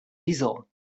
diesel